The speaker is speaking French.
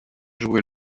joué